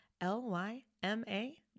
L-Y-M-A